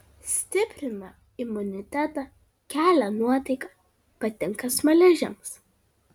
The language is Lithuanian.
stiprina imunitetą kelia nuotaiką patinka smaližiams